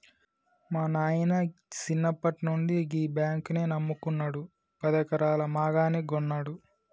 మా నాయిన సిన్నప్పట్నుండి గీ బాంకునే నమ్ముకున్నడు, పదెకరాల మాగాని గొన్నడు